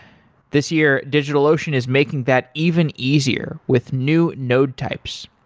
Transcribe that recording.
this year, digitalocean is making that even easier with new node types.